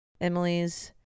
Emily's